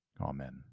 Amen